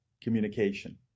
communication